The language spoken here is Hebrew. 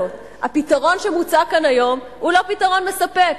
הפתרון שמוצע כאן היום הוא לא פתרון מספק.